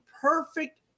perfect